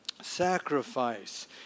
sacrifice